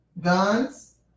Guns